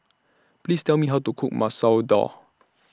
Please Tell Me How to Cook Masoor Dal